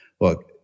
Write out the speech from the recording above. look